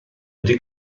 ydy